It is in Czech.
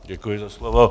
Děkuji za slovo.